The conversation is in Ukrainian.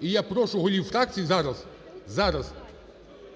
І я прошу голів фракцій зараз,